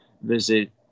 visit